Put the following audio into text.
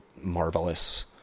marvelous